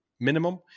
minimum